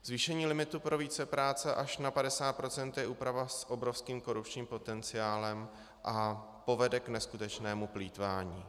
Zvýšení limitu pro vícepráce až na 50 % je úprava s obrovským korupčním potenciálem a povede k neskutečnému plýtvání.